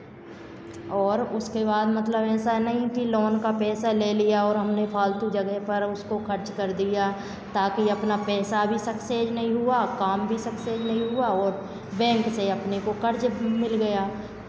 और उसके बाद मतलब ऐसा नहीं कि लोन का पैसा ले लिया और हमने फालतू जगह पर उसको खर्च कर दिया ताकि अपना पैसा भी सक्सेस नहीं हुआ काम भी सक्सेस नहीं हुआ और बैंक से अपने को कर्ज़ भी मिल गया